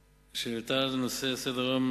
שהעלתה את הנושא על סדר-היום,